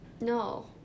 no